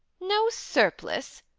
no surplice!